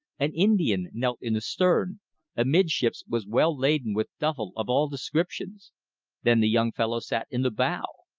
an indian knelt in the stern amidships was well laden with duffle of all descriptions then the young fellow sat in the bow.